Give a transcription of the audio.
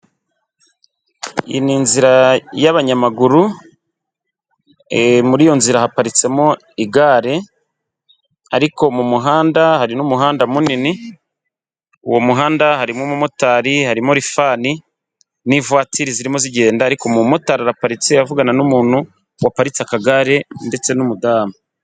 Iyi ni inzira y'abanyamaguru muri iyo nzira haparitsemo igare ariko mu muhanda hari n'umuhanda munini uwo muhanda harimo umumotari harimo lifani n'ivatiri zirimo zigenda ariko umumotari araparitse avugana n'umuntu waparitse akagare ndetse n'umudamu.